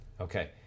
Okay